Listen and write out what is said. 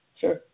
Sure